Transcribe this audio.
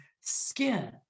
skin